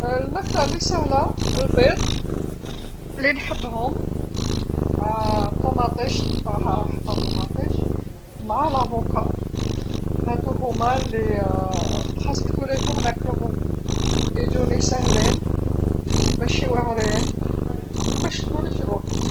الماكله اللي ساهله البيض، اللي نحبهم، مع الطوماطيش قطعها حبه طوماطيش مع الأفوكادو، هاذو هوما اللي تقريبا كل الأيام ناكلهم، يجوني ساهلين، مشي واعرين، ومايشدوليش الوقت.